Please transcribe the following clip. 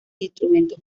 instrumentos